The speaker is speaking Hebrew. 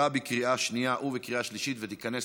התשע"ח